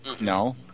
No